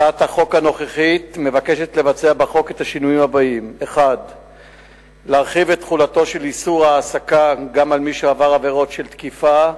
הצעת החוק הנוכחית מבקשת להחיל בחוק את השינויים הבאים: 1. להרחיב את תחולתו של איסור ההעסקה גם על מי שעבר עבירות של תקיפה,